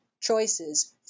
choices